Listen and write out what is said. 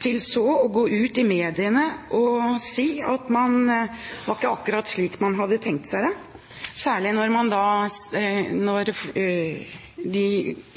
til så å gå ut i mediene og si at det var ikke akkurat slik man hadde tenkt seg det, særlig når de